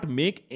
make